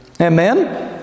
Amen